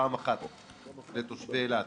פעם אחת לתושבי אילת,